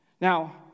Now